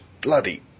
bloody